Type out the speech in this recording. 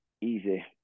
easy